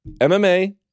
MMA